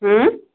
اۭں